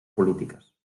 polítiques